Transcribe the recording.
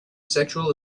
sexual